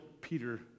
Peter